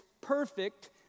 perfect